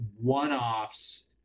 one-offs